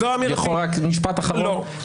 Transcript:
משפט אחרון.